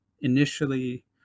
initially